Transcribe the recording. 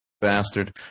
bastard